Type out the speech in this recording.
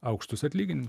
aukštus atlyginim